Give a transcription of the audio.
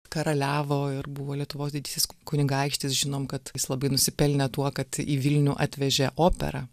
karaliavo ir buvo lietuvos didysis kunigaikštis žinom kad jis labai nusipelnė tuo kad į vilnių atvežė operą